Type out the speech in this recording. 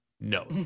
no